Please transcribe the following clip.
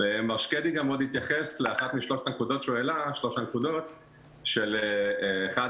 באחת משלוש הנקודות שמר שקדי העלה הוא התייחס גם לאיסוף